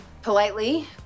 politely